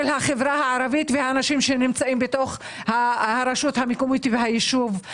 החברה הערבית והאנשים שנמצאים בתוך הישובים הערביים.